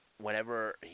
whenever